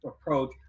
approach